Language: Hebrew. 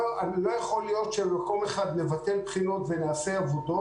לא יכול להיות שבמקום אחד נבטל בחינות ונעשה עבודות,